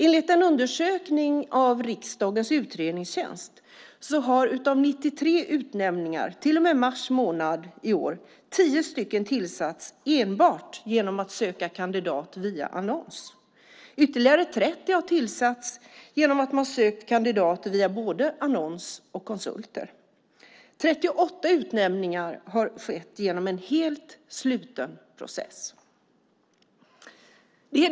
Enligt en undersökning av riksdagens utredningstjänst har av 93 utnämningar till och med mars månad i år 10 skett enbart genom att man sökt kandidat via annons. Ytterligare 30 har gjorts genom att man sökt kandidater via både annons och konsulter. 38 utnämningar har skett genom en helt sluten process.